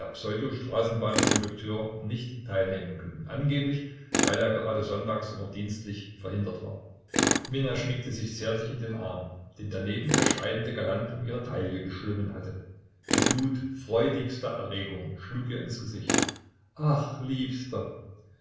pseudo straßenbahnkondukteur nicht teilnehmen können angeblich weil er gerade sonntags immer dienstlich verhindert war minna schmiegte sich zärtlich in den arm den der neben ihr schreitende galant um ihre taille geschlungen hatte die glut freudigster erregung schlug ihr ins gesicht ach liebster